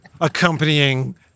accompanying